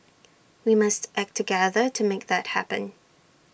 we must act together to make that happen